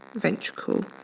ventricle,